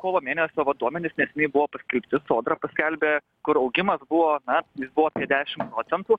kovo mėnesio va duomenys neseniai buvo paskelbti sodra paskelbė kur augimas buvo na jis buvo apie dešimt procentų